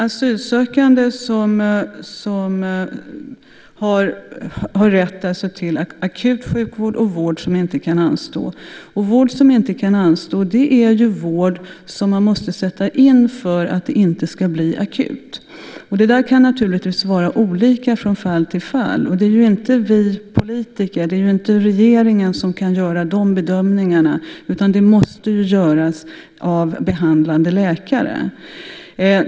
Asylsökande har rätt till akut sjukvård och vård som inte kan anstå. Vård som inte kan anstå är vård som måste sättas in för att det inte ska uppstå en akut situation. Det kan naturligtvis vara olika från fall till fall. Det är inte vi politiker, inte regeringen, som kan göra de bedömningarna. De måste göras av behandlande läkare.